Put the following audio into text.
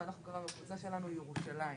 העלות התקציבית היא כ-30 מיליון שקלים.